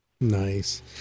Nice